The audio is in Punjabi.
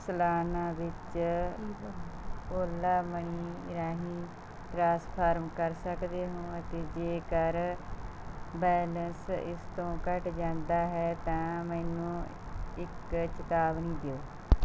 ਸਲਾਨਾ ਵਿੱਚ ਓਲਾਮਨੀ ਰਾਹੀਂ ਟ੍ਰਾਸਫਾਰਮ ਕਰ ਸਕਦੇ ਹੋ ਅਤੇ ਜੇਕਰ ਬੈਲਸ ਇਸ ਤੋਂ ਘੱਟ ਜਾਂਦਾ ਹੈ ਤਾਂ ਮੈਨੂੰ ਇੱਕ ਚੇਤਾਵਨੀ ਦਿਓ